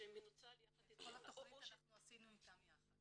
שמנוצל יחד --- את כל התכנית אנחנו עשינו איתם יחד,